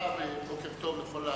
שלום רב לך ובוקר טוב לכולם.